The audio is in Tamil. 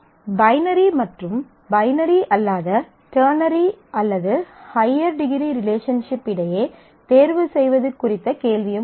பைனரி மற்றும் பைனரி அல்லாத டெர்னரி அல்லது ஹய்யர் டிகிரி ரிலேஷன்ஷிப் இடையே தேர்வு செய்யப்படுவது குறித்த கேள்வியும் உள்ளது